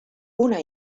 una